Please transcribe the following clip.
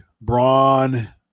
Braun